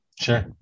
Sure